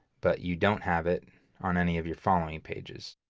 but you don't have it on any of your following pages.